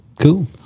cool